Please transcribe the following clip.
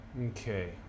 Okay